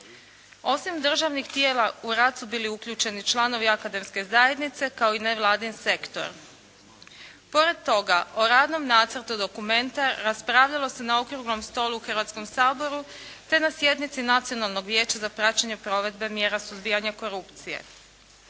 Osim državnih tijela u rad su bili uključeni članovi akademske zajednice kao i nevladin sektor. Pored toga o radnom nacrtu dokumenta raspravljalo se na Okruglom stolu u Hrvatskom saboru te na sjednici Nacionalnog vijeća za praćenje provedbe mjera suzbijanja korupcije.